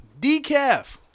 Decaf